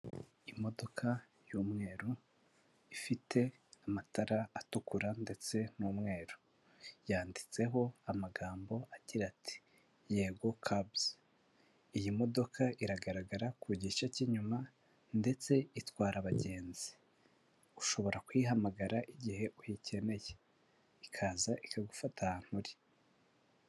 Imodoka y'umweru ifite amatara atukura ndetse n'umweru, yanditseho amagambo agira ati '' yego kabuzi '' iyi modoka iragaragara ku gice cy'inyuma ndetse itwara abagenzi, ushobora kuyihamagara igihe uyikeneye ikaza ikagufata ahantu uri.